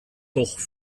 doch